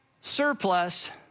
surplus